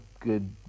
good